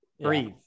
Breathe